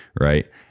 right